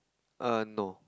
err no